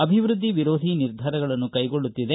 ಅಭಿವೃದ್ದಿ ವಿರೋಧಿ ನಿರ್ಧಾರಗಳನ್ನು ಕೈಗೊಳ್ಳುತ್ತಿದೆ